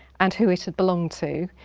and who it had belonged to.